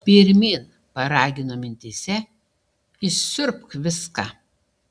pirmyn paragino mintyse išsiurbk viską